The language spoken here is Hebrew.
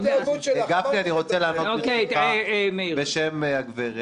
גפני, אני רוצה לענות ברשותך בשם הגב'.